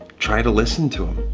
try to listen to him,